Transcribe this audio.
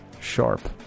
Sharp